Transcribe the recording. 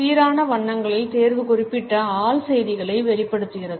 சீரான வண்ணங்களின் தேர்வு குறிப்பிட்ட ஆழ் செய்திகளை வெளிப்படுத்துகிறது